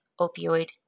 opioid